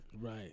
Right